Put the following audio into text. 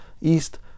East